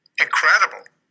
incredible